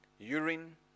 Urine